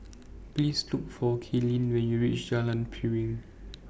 Please Look For Kaylin when YOU REACH Jalan Piring